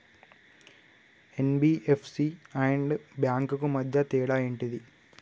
NBFC and banks కు మధ్య తేడా ఏంటిది?